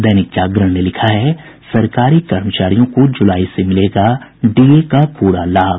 दैनिक जागरण ने लिखा है सरकारी कर्मचारियों को जुलाई से मिलेगा डीए का पूरा लाभ